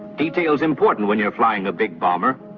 detail's important when you're flying a big bomber,